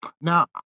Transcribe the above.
Now